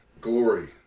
Glory